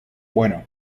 bueno